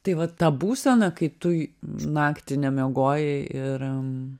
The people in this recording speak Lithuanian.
tai vat ta būsena kai tu naktį nemiegojai ir